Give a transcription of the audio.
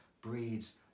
breeds